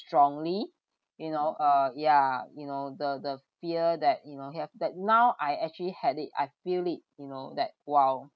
strongly you know uh ya you know the the fear that you know you have that now I actually had it I feel it you know that !wow!